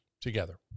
together